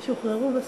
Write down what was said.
הם שוחררו בסוף.